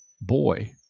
boy